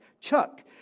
chuck